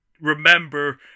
remember